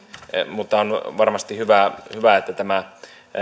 mutta on varmasti hyvä että tämä